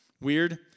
Weird